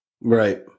Right